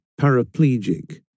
paraplegic